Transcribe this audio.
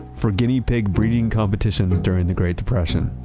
for guinea pig breeding competitions during the great depression.